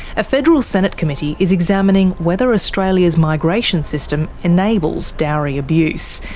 a federal senate committee is examining whether australia's migration system enables dowry abuse,